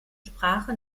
sprache